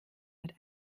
mit